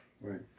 right